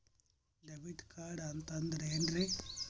Debit card ಅಂತಂದ್ರೆ ಏನ್ರೀ?